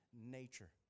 nature